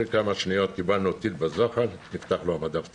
אחרי כמה שניות קיבלנו טיל בזחל ונפתח לו המדף התחתון.